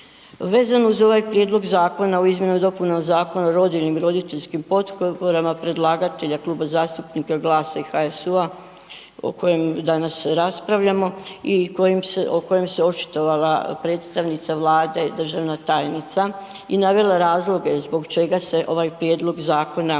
Vezano uz ovaj Prijedlog Zakona o izmjenama i dopunama Zakona o rodiljnim i roditeljskim potporama predlagatelja Kluba zastupnika GLAS-a i HSU-a o kojem danas raspravljamo i o kojem se očitovala predstavnica Vlade, državna tajnica i navela razloge zbog čega se ovaj prijedlog zakona